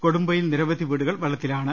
കൊടുമ്പൊ യിൽ നിരവധി വീടുകൾ വെളളത്തിലാണ്